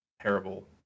terrible